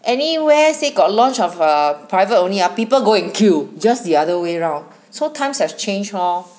anywhere say got launch of a private only ah people go and queue just the other round so times have changed lor